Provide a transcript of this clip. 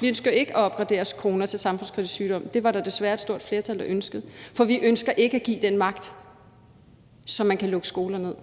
Vi ønsker ikke at opgradere corona til en samfundskritisk sygdom. Det er der desværre et stort flertal der ønsker. For vi ønsker ikke at give nogen den magt, så man kan lukke skoler ned.